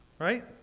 right